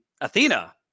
Athena